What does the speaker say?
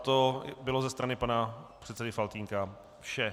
To bylo ze strany pana předsedy Faltýnka vše.